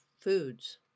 foods